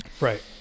right